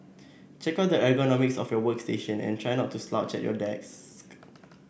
check out the ergonomics of your workstation and try not to slouch at your desk